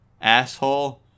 asshole